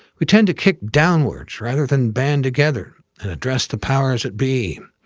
we tend to kick downwards rather than band together and address the powers that be.